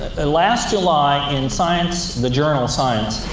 ah last july, in science, the journal science,